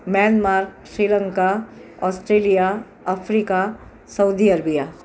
Myanmar Sri Lanka Australia Africa Saudi Arabia